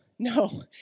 No